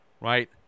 Right